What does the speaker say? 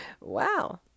Wow